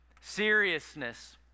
Seriousness